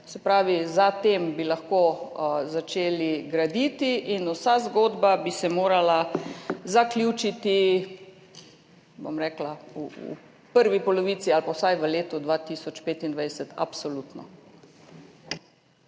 se pravi, da bi potem lahko začeli graditi in vsa zgodba bi se morala zaključiti v prvi polovici ali pa vsaj v letu 2025, absolutno.